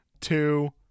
two